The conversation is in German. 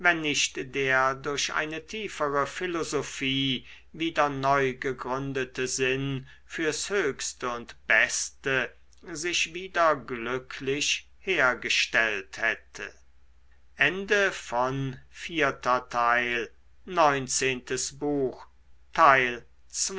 nicht der durch eine tiefere philosophie wieder neu gegründete sinn fürs höchste und beste sich wieder glücklich hergestellt hätte